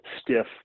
stiff